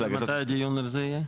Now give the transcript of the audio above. ומתי הדיון על זה יהיה?